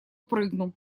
прыгну